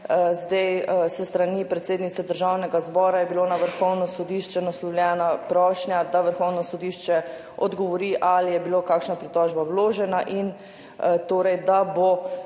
DVK. S strani predsednice Državnega zbora je bila na Vrhovno sodišče naslovljena prošnja, da Vrhovno sodišče odgovori, ali je bila kakšna pritožba vložena, in da bo